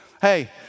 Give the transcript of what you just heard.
hey